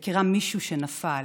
מכירה מישהו שנפל,